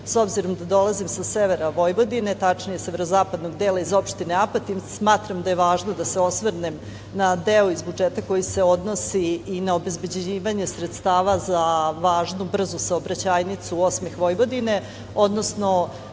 obzirom da dolazim sa severa Vojvodine, tačnije iz severozapadnog dela iz opštine Apatin, smatram da je važno da se osvrnem na deo iz budžeta koji se odnosi i na obezbeđivanje sredstava za važnu brzu saobraćajnicu „Osmeh Vojvodine“, odnosno